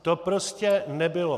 To prostě nebylo...